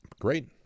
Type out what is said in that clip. Great